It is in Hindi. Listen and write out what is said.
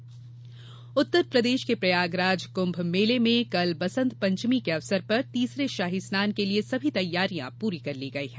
कुम्भ शाही स्नान उत्तर प्रदेश के प्रयागराज कुम्भ मेले में कल बसंत पंचमी के अवसर पर तीसरे शाही स्नान के लिए सभी तैयारियां पूरी कर ली गयी हैं